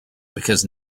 because